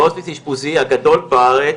בהוספיס האשפוזי הגדול בארץ,